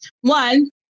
one